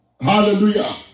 Hallelujah